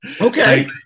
Okay